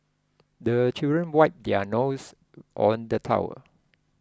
the children wipe their noses on the towel